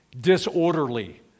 disorderly